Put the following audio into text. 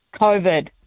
COVID